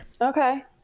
Okay